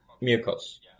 mucus